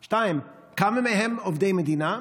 2. כמה מהם עובדי מדינה?